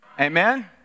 Amen